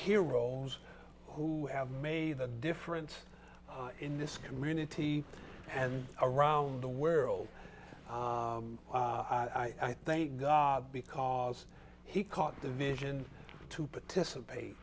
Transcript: heroes who have made a difference in this community and around the world i thank god because he caught the vision to participate